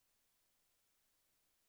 דב חנין גם יירשם.